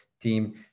team